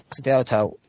Delta